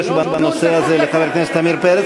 שגם לי יש בנושא הזה לחבר הכנסת עמיר פרץ,